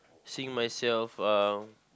seeing myself uh